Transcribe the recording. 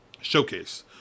Showcase